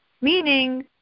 meaning